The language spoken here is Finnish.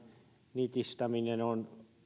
nitistäminen on